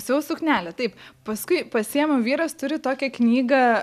siuvau suknelę taip paskui pasiėmiau vyras turi tokią knygą